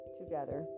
together